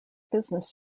business